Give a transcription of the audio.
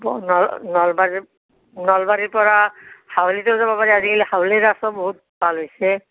ন নলবাৰী নলবাৰীৰ পৰা হাউলীতো যাব পাৰি আজিকালি হাউলীৰ ৰাসো বহুত ভাল হৈছে